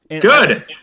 good